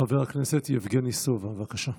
חבר הכנסת יבגני סובה, בבקשה.